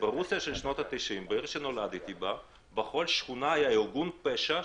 ברוסיה של שנות ה-90 בכל שכונה היה ארגון פשע,